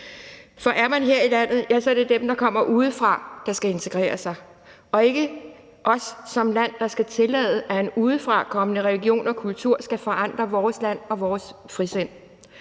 For er man her i landet, er det dem, der kommer udefra, der skal integrere sig, og ikke os som land, der skal tillade, at en udefrakommende religion og kultur skal forandre vores land og vores frisind.